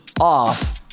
off